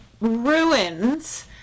ruins